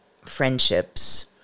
friendships